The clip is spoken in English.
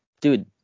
dude